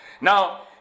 now